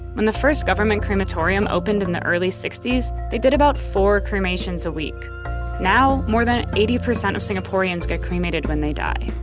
when the first government crematorium opened in the early sixty s, they did about four cremations a week now, more than eighty percent of singaporeans get cremated when they die.